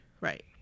Right